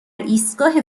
ایستگاه